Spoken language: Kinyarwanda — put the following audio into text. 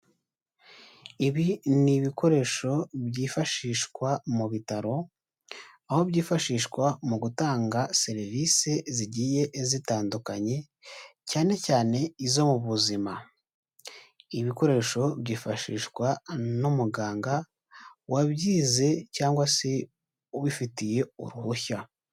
Ibi ni ibikoresho byifashishwa mu bitaro, aho byifashishwa mu gutanga serivisi zigiye zitandukanye cyane cyane izo mu buzima, ibikoresho byifashishwa n'umuganga wabyize cyangwa se ubifitiye uruhushya.